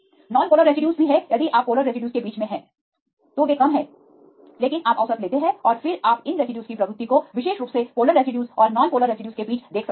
nonpolar रेसिड्यूजभी यदि आप पोलर रेसिड्यूज के बीच में हैं तो वे कम हैं लेकिन आप औसत लेते हैं और फिर आप इन रेसिड्यूज की प्रवृत्ति को विशेष रूप से पोलर रेसिड्यूजऔर नॉनपोलर रेसिड्यूज के बीच देख सकते हैं